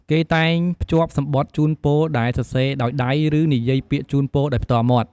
គេតែងភ្ជាប់សំបុត្រជូនពរដែលសរសេរដោយដៃ ឬនិយាយពាក្យជូនពរដោយផ្ទាល់មាត់។